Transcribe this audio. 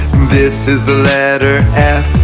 this is the letter f